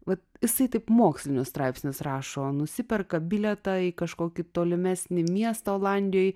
vat jisai taip mokslinius straipsnius rašo nusiperka bilietą į kažkokį tolimesnį miestą olandijoj